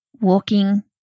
walking